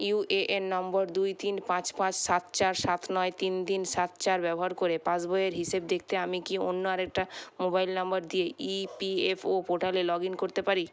UAN নম্বর দুই তিন পাঁচ পাঁচ সাত চার সাত নয় তিন তিন সাত চার ব্যবহার করে পাসবইয়ের হিসেব দেখতে আমি কি অন্য আরেকটা মোবাইল নম্বর দিয়ে ইপিএফও পোর্টালে লগ ইন করতে পারি